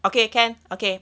okay can okay